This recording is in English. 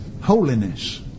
Holiness